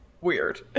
weird